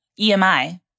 EMI